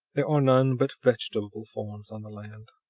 there are none but vegetable forms on the land,